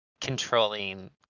controlling